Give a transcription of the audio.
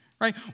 Right